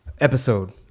episode